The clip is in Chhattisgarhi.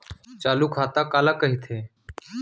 चालू खाता काला कहिथे?